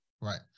Right